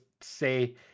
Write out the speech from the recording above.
say